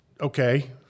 okay